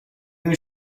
new